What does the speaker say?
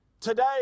Today